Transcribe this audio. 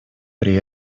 при